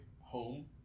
home